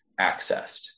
accessed